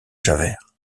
javert